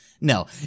No